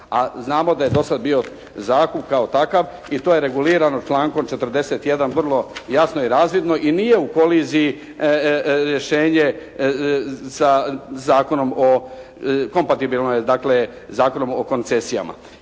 znamo da je do sad bio zakon kao takav i to je regulirano člankom 41. vrlo jasno i razvidno i nije u koliziji rješenje sa Zakonom o kompatibilnoj